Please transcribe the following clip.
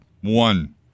One